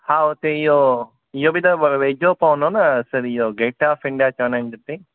हा हुते इहो इहो बि त वेझो पवंदो न सर इहो गेट ऑफ़ इंडिया चवंदा आहिनि हुते